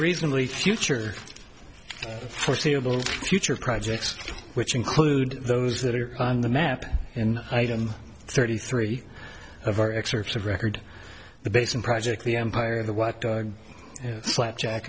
reasonably to future foreseeable future projects which include those that are on the map in item thirty three of our excerpts of record the basin project the empire the what flapjack